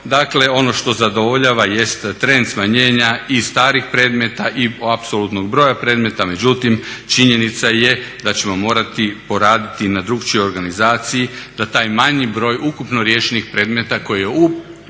Dakle ono što zadovoljava jeste trend smanjenja i stranih predmeta i apsolutnog broja predmeta, međutim činjenica je da ćemo morati poraditi na drukčijoj organizaciji da taj manji broj ukupno riješenih predmeta koji je